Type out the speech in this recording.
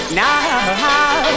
now